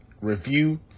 review